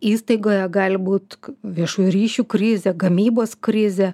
įstaigoje gali būt viešųjų ryšių krizė gamybos krizė